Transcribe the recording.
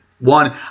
One